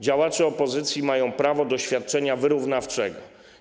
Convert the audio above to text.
Działacze opozycji mają prawo do świadczenia wyrównawczego.